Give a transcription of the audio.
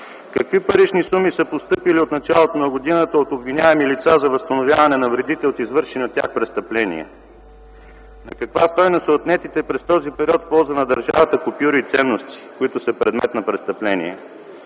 Какви парични суми са постъпили от началото на годината от обвиняеми лица за възстановяване на вредите от извършени от тях престъпления? На каква стойност са отнетите през този период в полза на държавата купюри и ценности, които са предмет на престъпление?